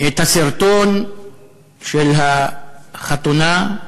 את הסרטון של החתונה,